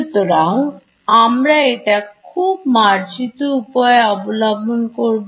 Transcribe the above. সুতরাং আমরা একটা খুব মার্জিত উপায় অবলম্বন করব